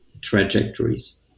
trajectories